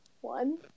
one